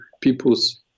people's